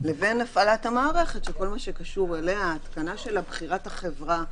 לבין הפעלת המערכת שכל מה שקשור עליה בחירת החברה,